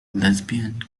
lesbian